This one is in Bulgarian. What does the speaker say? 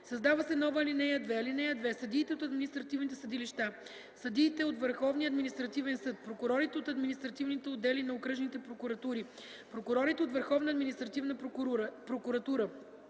Създава се нова ал. 2: „(2) Съдиите от административните съдилища, съдиите от Върховния административен съд, прокурорите от административните отдели на окръжните прокуратури, прокурорите от Върховна административна прокуратура